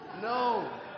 no